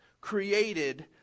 created